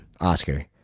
Oscar